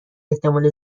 احتمال